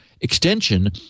extension